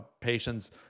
patients